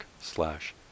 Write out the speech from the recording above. slash